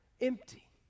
empty